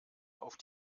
auf